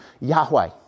Yahweh